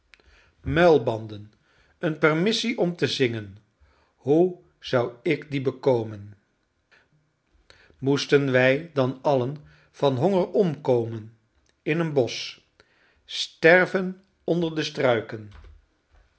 muilbanden een permissie om te zingen hoe zou ik die bekomen moesten wij dan allen van honger omkomen in een bosch sterven onder de struiken